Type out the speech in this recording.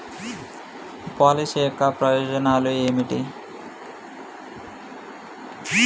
Policy యొక్క ప్రయోజనాలు ఏమిటి?